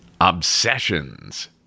Obsessions